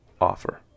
Offer